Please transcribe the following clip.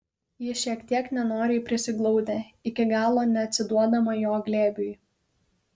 ji šiek tiek nenoriai prisiglaudė iki galo neatsiduodama jo glėbiui